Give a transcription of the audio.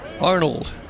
Arnold